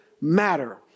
matter